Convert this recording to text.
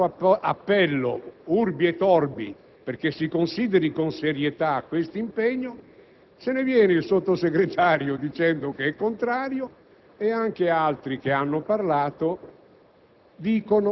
minacciato di chiudere il Ministero perché non è possibile continuare in quel modo; e così fa il suo Sottosegretario. Ebbene, nel momento in cui il componente responsabile della difesa del Governo